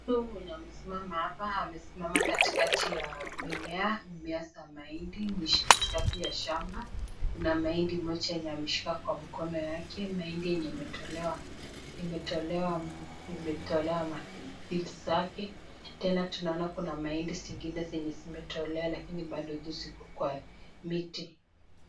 Mtu mwenye amesimama hapa amesimama katikati ya mimea, mimea za mahindi, ni katika pia shamba, kuna mahindi moja yenye ameshika kwa mkono yake, mahindi yenye imetolewa peels zake, tena tunaona mahindi zingine zenye zimetolewa lakini bado tu ziko kwa miti.